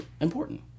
important